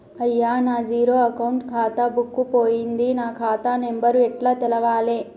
అయ్యా నా zero account ఖాతా బుక్కు పోయింది నా ఖాతా నెంబరు ఎట్ల తెలవాలే?